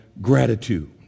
gratitude